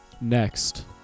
Next